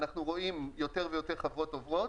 ואנחנו רואים יותר ויותר חברות עוברות,